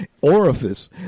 orifice